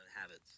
Habits